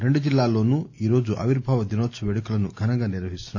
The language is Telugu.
రెండు జిల్లాల్లోనూ ఈరోజు ఆవిర్బావ దినోత్సవ వేడుకలను ఘనంగా నిర్వహిస్తున్నారు